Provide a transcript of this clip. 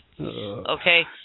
Okay